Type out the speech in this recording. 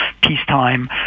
peacetime